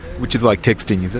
which is like texting, is it?